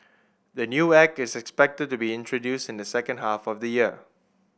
the new act is expected to be introduced in the second half of the year